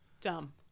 Dumb